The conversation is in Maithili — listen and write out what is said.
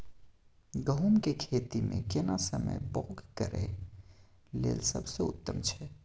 गहूम के खेती मे केना समय बौग करय लेल सबसे उत्तम छै?